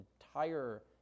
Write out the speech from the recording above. entire